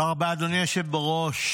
תודה רבה, אדוני היושב בראש.